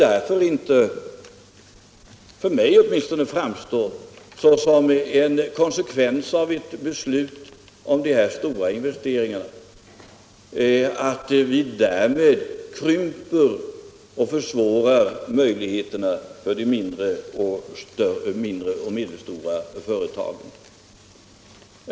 Därför kan i varje fall inte jag se att ett beslut om de här stora investeringarna kan få till konsekvens att man därmed krymper utrymmet och försämrar möjligheterna för de mindre och medelstora företagen.